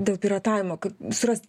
dėl piratavimo kaip surast